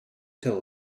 tell